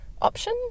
option